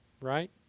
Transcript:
right